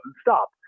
stop